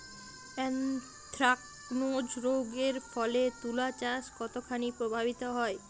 Anthracnose রোগ এর ফলে তুলাচাষ কতখানি প্রভাবিত হয়?